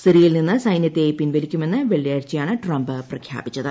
സിറിയയിൽ നിന്ന് സൈന്യത്തെ പിൻവലിക്കുമെന്ന് വെളളിയാഴ്ചയാണ് ട്രംപ് പ്രഖ്യാപിച്ചത്